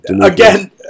Again